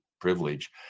privilege